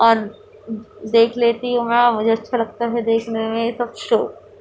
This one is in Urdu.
اور دیکھ لیتی ہوں میں مجھے اچھا لگتا ہے دیکھنے میں یہ سب شو